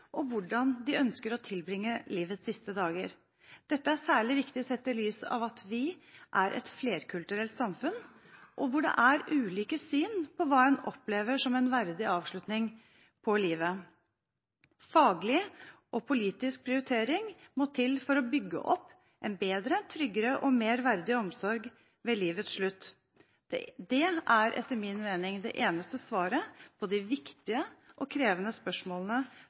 og hvordan de ønsker å tilbringe livets siste dager. Dette er særlig viktig sett i lys av at vi er et flerkulturelt samfunn, hvor det er ulike syn på hva en opplever som en verdig avslutning på livet. Faglig og politisk prioritering må til for å bygge opp en bedre, tryggere og mer verdig omsorg ved livets slutt. Det er etter min mening det eneste svaret på de viktige og krevende spørsmålene